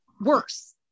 worse